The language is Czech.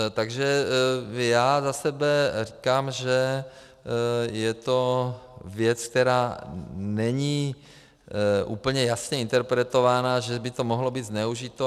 Takže já za sebe říkám, že je to věc, která není úplně jasně interpretovaná, že by to mohlo být zneužito.